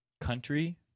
country